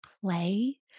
play